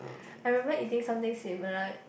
I remember eating something similar